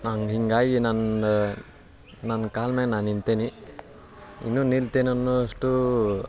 ಹಂಗ್ ಹೀಗಾಗಿ ನನ್ನ ನನ್ನ ಕಾಲು ಮೇಲೆ ನಾನು ನಿಂತೇನಿ ಇನ್ನೂ ನಿಲ್ತೇನೆ ಅನ್ನುವಷ್ಟು